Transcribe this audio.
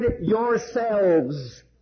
yourselves